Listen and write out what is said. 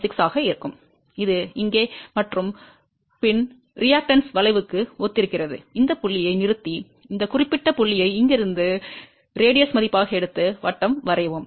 6 ஆக இருக்கும் இது இங்கே மற்றும் பின் எதிர்வினை வளைவுக்கு ஒத்திருக்கிறது இந்த புள்ளியை நிறுத்தி இந்த குறிப்பிட்ட புள்ளியை இங்கிருந்து இங்கிருந்து ஆரம் மதிப்பாக எடுத்து வட்டம் வரையவும்